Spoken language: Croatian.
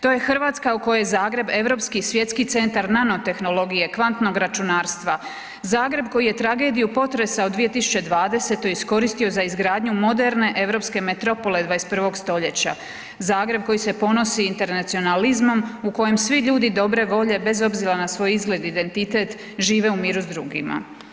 To je Hrvatska u kojoj je Zagreb europski svjetski centar nanotehnologije, kvantnog računarstva, Zagreb koji je tragediju potresa od 2020. iskoristio za izgradnju moderne europske metropole 21. stoljeća, Zagreb koji se ponosi internacionalizmom u kojem svi ljudi dobre volje bez obzira na svoj izgled i identitet žive u miru s drugima.